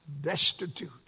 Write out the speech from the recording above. destitute